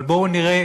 אבל בואו נראה